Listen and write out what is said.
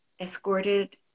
escorted